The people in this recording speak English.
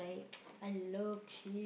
I love cheese